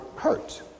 hurt